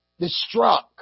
destruct